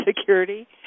Security